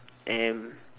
and